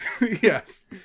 Yes